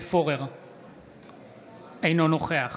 אינו נוכח